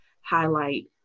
highlight